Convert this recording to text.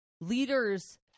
leaders